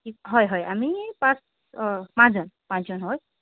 হয় হয় আমি এই পাঁচ অ' পাঁচজন পাঁচজন হ'ল